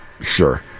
Sure